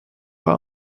pas